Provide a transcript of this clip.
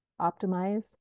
optimize